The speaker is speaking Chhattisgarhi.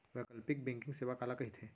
वैकल्पिक बैंकिंग सेवा काला कहिथे?